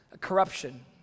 corruption